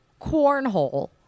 cornhole